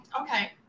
Okay